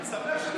תודה רבה.